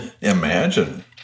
Imagine